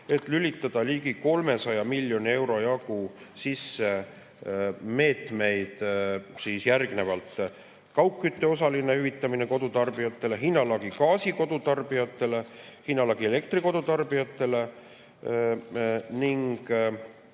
lülitada ligi 300 miljoni euro jagu meetmeid järgnevalt: kaugkütte osaline hüvitamine kodutarbijatele, hinnalagi gaasi kodutarbijatele, hinnalagi elektri kodutarbijatele ning